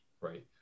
right